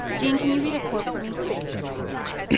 gene, can you read a quote for me? i got you, homie.